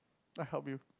I help you